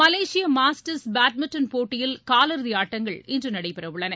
மலேசிய masters badminton போட்டியில் காலிறுதி ஆட்டங்கள் இன்று நடைபெறவுள்ளன